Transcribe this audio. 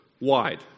wide